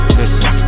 listen